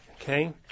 okay